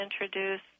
introduce